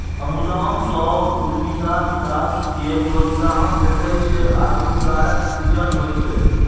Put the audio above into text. अनुदान सं उद्यमिता विकास कें प्रोत्साहन भेटै छै आ रोजगारक सृजन होइ छै